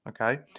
Okay